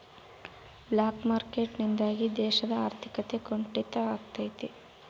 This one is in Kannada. ಬ್ಲಾಕ್ ಮಾರ್ಕೆಟ್ ನಿಂದಾಗಿ ದೇಶದ ಆರ್ಥಿಕತೆ ಕುಂಟಿತ ಆಗ್ತೈತೆ